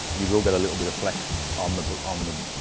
you will get a little bit of flex on the but um the